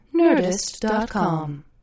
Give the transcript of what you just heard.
Nerdist.com